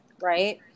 right